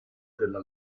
della